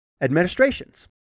administrations